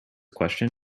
question